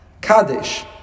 Kaddish